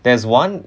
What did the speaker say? there's one